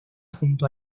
junto